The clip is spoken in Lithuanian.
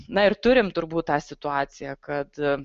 na ir turim turbūt tą situaciją kad